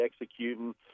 executing